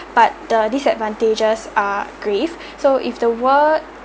but the disadvantages are grave so if the world